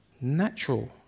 Natural